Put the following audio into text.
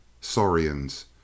Saurians